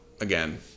again